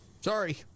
Sorry